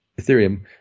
ethereum